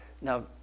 now